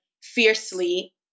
fiercely